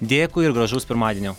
dėkui ir gražus pirmadienio